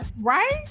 Right